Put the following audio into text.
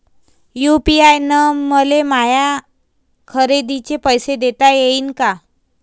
UPI न मले माया खरेदीचे पैसे देता येईन का?